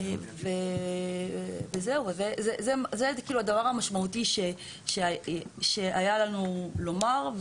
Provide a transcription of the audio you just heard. זה הדבר המשמעותי שהיה לנו לומר.